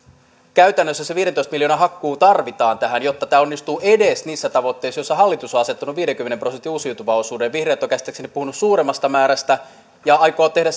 käytännössä se viidentoista miljoonan hakkuu tarvitaan tähän jotta tämä onnistuu edes niissä tavoitteissa joissa hallitus on asettanut viidenkymmenen prosentin uusiutuvan osuuden vihreät ovat käsittääkseni puhuneet suuremmasta määrästä ja aikovat tehdä